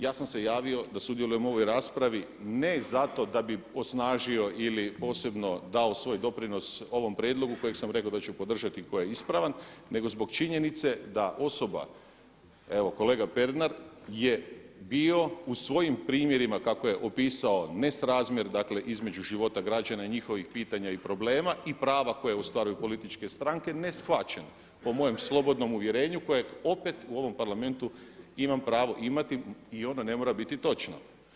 Ja sam se javio da sudjelujem u ovoj raspravi ne zato da bi osnažio ili posebno dao svoj doprinos ovom prijedlogu kojeg sam rekao da ću podržati i koji je ispravan, nego zbog činjenice da osoba evo kolega Pernar je bio u svojim primjerima kako je opisao nesrazmjer, dakle između života građana i njihovih pitanja i problema i prava koje ostvaruju političke stranke neshvaćen po mojem slobodnom uvjerenju kojeg opet u ovom Parlamentu imam pravo imati i onda ne mora biti točno.